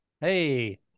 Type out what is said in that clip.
Hey